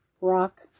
rock